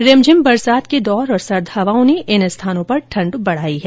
रिमझिम बरसात के दौर और सर्द हवाओं ने इन स्थानों पर ठंड बढ़ाई है